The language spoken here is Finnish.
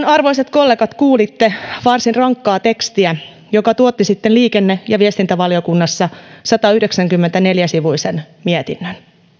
arvoisat kollegat kuten kuulitte varsin rankkaa tekstiä joka tuotti sitten liikenne ja viestintävaliokunnassa satayhdeksänkymmentäneljä sivuisen mietinnön